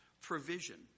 provision